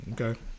Okay